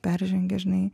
peržengia žinai